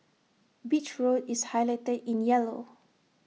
beach road is highlighted in yellow